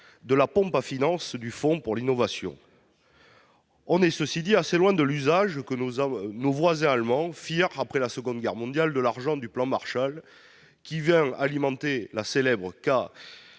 de la pompe à finance du Fonds pour l'innovation. On est, cela dit, assez loin de l'usage que nos voisins allemands firent, après la Seconde Guerre mondiale, de l'argent du plan Marshall, qui vint alimenter la célèbre